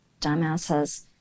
dumbasses